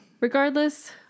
regardless